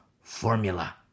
formula